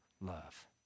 love